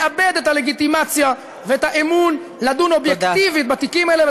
מאבד את הלגיטימציה ואת האמון לדון אובייקטיבית בתיקים האלה,